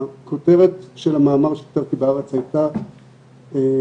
הכותרת של המאמר שכתבתי ב'הארץ' הייתה שהשיח